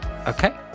okay